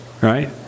right